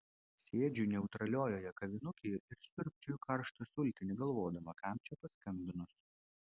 sėdžiu neutraliojoje kavinukėje ir siurbčioju karštą sultinį galvodama kam čia paskambinus